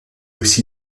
aussi